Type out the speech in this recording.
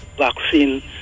Vaccine